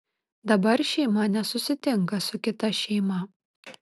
dabar šeima nesusitinka su kita šeima